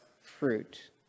fruit